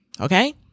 Okay